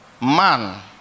man